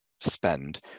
spend